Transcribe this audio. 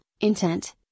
intent